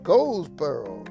Goldsboro